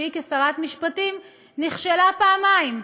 שהיא כשרת משפטים נכשלה פעמיים.